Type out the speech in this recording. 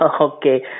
Okay